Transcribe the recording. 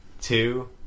two